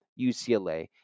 UCLA